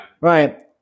Right